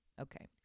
Okay